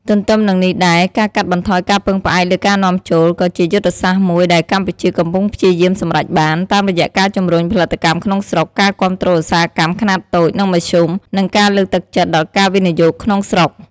ទន្ទឹមនឹងនេះដែរ ការកាត់បន្ថយការពឹងផ្អែកលើការនាំចូល ក៏ជាយុទ្ធសាស្ត្រមួយដែលកម្ពុជាកំពុងព្យាយាមសម្រេចបាន តាមរយៈការជំរុញផលិតកម្មក្នុងស្រុក ការគាំទ្រឧស្សាហកម្មខ្នាតតូច និងមធ្យម និងការលើកទឹកចិត្តដល់ការវិនិយោគក្នុងស្រុក។